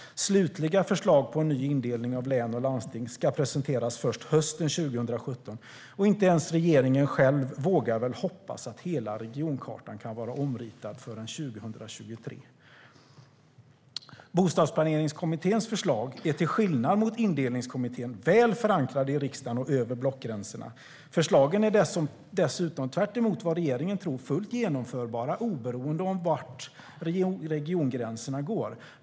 Slutliga förslag på en ny indelning av län och landsting ska presenteras först hösten 2017, och inte ens regeringen själv vågar väl hoppas att regionkartan kan vara omritad förrän 2023. Bostadsplaneringskommitténs förslag är till skillnad från Indelningskommitténs väl förankrade i riksdagen och över blockgränserna. Förslagen är dessutom, tvärtemot vad regeringen tror, fullt genomförbara oberoende av var regiongränserna går.